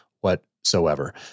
whatsoever